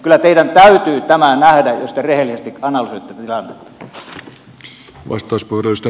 kyllä teidän täytyy tämä nähdä jos te rehellisesti analysoitte tilannetta